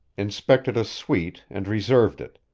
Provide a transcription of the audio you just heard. inspected a suite and reserved it,